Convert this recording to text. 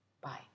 Bye